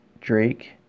Drake